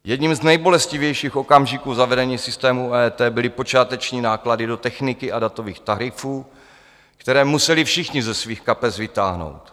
Jedním z nejbolestivějších okamžiků zavedení systému EET byly počáteční náklady do techniky a datových tarifů, které museli všichni ze svých kapes vytáhnout.